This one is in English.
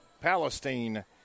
Palestine